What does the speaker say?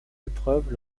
épreuves